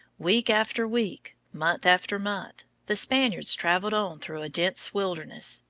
week after week, month after month, the spaniards traveled on through a dense wilderness,